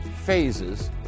phases